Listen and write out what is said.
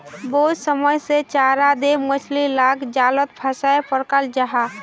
बहुत समय से चारा दें मछली लाक जालोत फसायें पक्राल जाहा